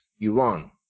Iran